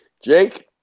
Jake